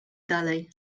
dalej